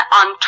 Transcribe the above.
on